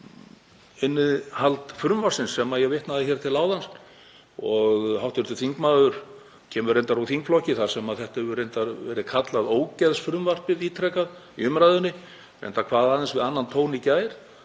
á um innihald frumvarpsins sem ég vitnaði til áðan. Hv. þingmaður kemur reyndar úr þingflokki þar sem það hefur verið kallað ógeðsfrumvarpið ítrekað í umræðunni. Reyndar kvað aðeins við annan tón í gær